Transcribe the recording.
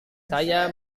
saya